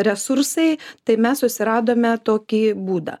resursai tai mes susiradome tokį būdą